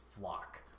Flock